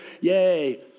Yay